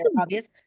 obvious